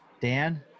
Dan